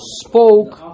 spoke